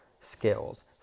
skills